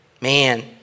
man